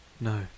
No